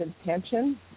intention